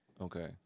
Okay